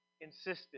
insisted